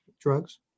drugs